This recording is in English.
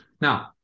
Now